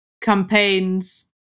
campaigns